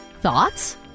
Thoughts